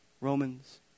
Romans